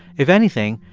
if anything,